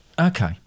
Okay